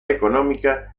económicas